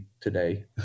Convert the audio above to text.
today